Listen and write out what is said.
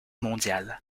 mondiale